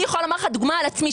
אני יכולה להגיד לך דוגמה על עצמי.